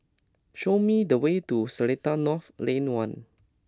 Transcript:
show me the way to Seletar North Lane One